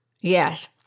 Yes